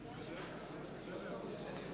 הרשקוביץ,